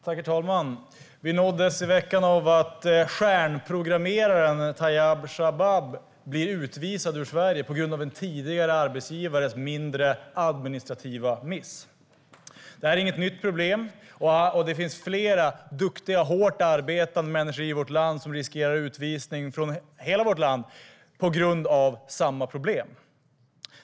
Herr talman! Vi nåddes i veckan av information om att stjärnprogrammeraren Tayyab Shabab ska utvisas ur Sverige på grund av en tidigare arbetsgivares mindre administrativa miss. Det här är inget nytt problem, och det finns fler duktiga hårt arbetande människor i vårt land som riskerar utvisning på grund av samma problem.